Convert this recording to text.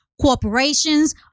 corporations